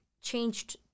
changed